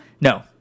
No